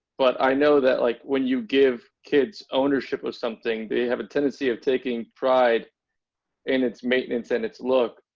but i know that like when you give kids ownership of something they have a tendency of taking pride in its maintenance and it's look